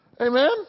Amen